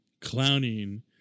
clowning